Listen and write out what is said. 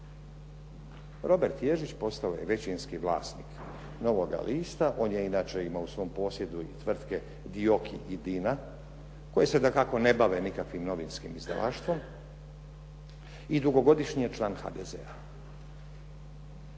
Robert Ježić postao je većinski vlasnik "Novoga lista". On je inače imao u svom posjedu i tvrtke "Dioki" i "Dina" koji se dakako ne bave nikakvim novinskim izdavaštvom i dugogodišnji je član HDZ-a.